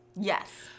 Yes